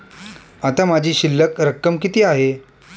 आता माझी शिल्लक रक्कम किती आहे?